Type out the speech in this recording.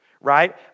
right